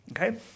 Okay